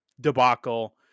debacle